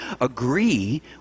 agree